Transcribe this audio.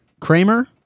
Kramer